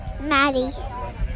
Maddie